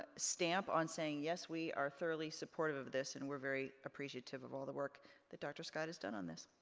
ah stamp on saying, yes, we are thoroughly supportive of this, and we're very appreciative of all the work that dr. scott has done on this.